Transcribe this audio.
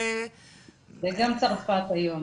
וגם צרפת היום.